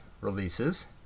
releases